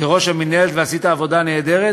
כראש המינהלת עשית עבודה נהדרת,